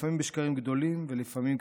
לפעמים בשקרים גדולים ולפעמים קטנים.